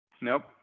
Nope